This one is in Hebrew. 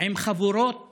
עם חבורות